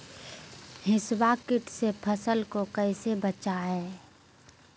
हिसबा किट से फसल को कैसे बचाए?